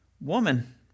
woman